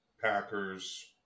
Packers